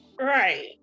Right